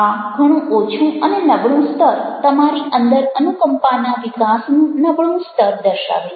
આ ઘણું ઓછું અને નબળું સ્તર તમારી અંદર અનુકંપાના વિકાસનું નબળું સ્તર દર્શાવે છે